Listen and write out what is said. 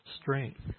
strength